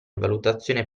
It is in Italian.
valutazione